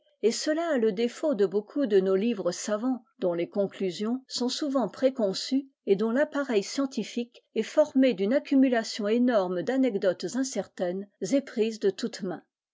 et cela a le défaut de beaucoup de nos livres savants dont les conclusions sont souvent préconçues et dont l'appareil scientifique est formé d'une accumulation énorme d'anecdotes incertaines et prises de toutes mains